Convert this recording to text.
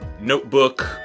notebook